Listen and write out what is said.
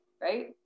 right